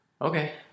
Okay